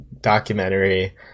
documentary